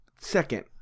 Second